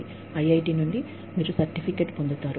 మీరు ఐఐటి నుండి సర్టిఫికేట్ పొందుతారు